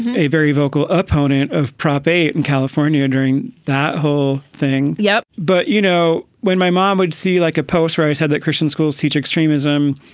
a very vocal opponent of prop eight in california. during that whole thing. yeah. but, you know, when my mom would see, like a post-roe said, that christian schools teach extremism.